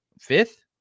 Fifth